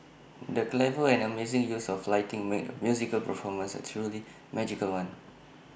the clever and amazing use of lighting made the musical performance A truly magical one